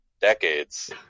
decades